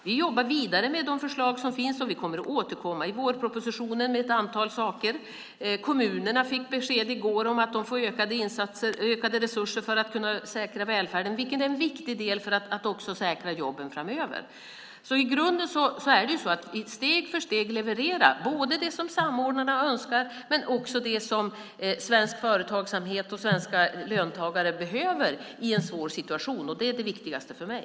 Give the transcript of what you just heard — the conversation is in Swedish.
Vi jobbar vidare med de förslag som finns, och vi kommer att återkomma i vårpropositionen med ett antal saker. Kommunerna fick besked i går om att de får ökade resurser för att kunna säkra välfärden, vilket är en viktig del för att också säkra jobben framöver. I grunden är det så att vi steg för steg levererar både det som samordnarna önskar och det som svensk företagsamhet och svenska löntagare behöver i en svår situation. Det är det viktigaste för mig.